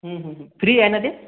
free आहे का ते